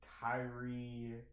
Kyrie